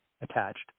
attached